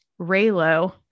Raylo